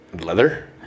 leather